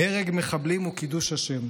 הרג מחבלים הוא קידוש השם,